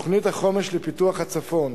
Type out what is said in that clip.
בתוכנית החומש לפיתוח הצפון